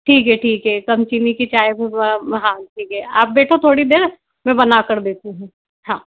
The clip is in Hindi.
ठीक है ठीक है कम चीनी की चाय हाँ ठीक है आप बैठो थोड़ी देर मैं बना कर देती हूँ हाँ